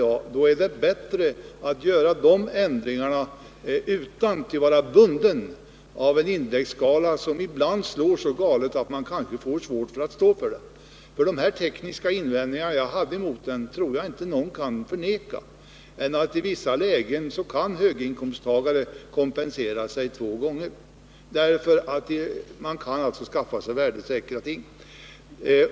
Det är bättre, menar jag, att göra de ändringarna utan att vara bunden av en indexskala, som ibland slår så galet att man kanske får svårt att stå för den. De tekniska invändningar som jag hade mot indexskalan tror jag inte att någon kan förneka. I vissa lägen kan höginkomsttagare kompensera sig två gånger på grund av att de kan skaffa sig värdesäkra ting.